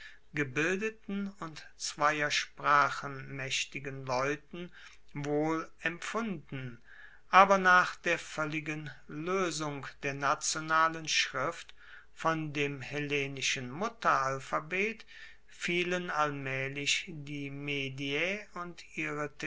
gebildeten und zweier sprachen maechtigen leuten wohl empfunden aber nach der voelligen loesung der nationalen schrift von dem hellenischen mutteralphabet fielen allmaehlich die mediae und ihre